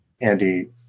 Andy